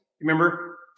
Remember